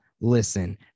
listen